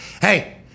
hey